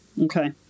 Okay